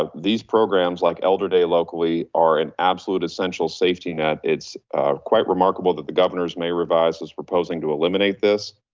ah these programs like elderday locally are an absolute essential safety net, it's quite remarkable that the governors may revise is proposing to eliminate this.